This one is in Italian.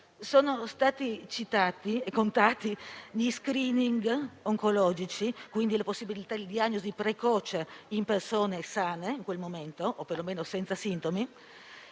Sono stati citati i dati relativi agli *screening* oncologici, quindi alla possibilità di diagnosi precoce in persone sane in quel momento o perlomeno senza sintomi: